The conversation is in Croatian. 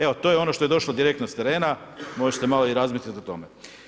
Evo to je ono što je došlo direktno s terena, možete malo i razmisliti o tome.